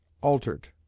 altered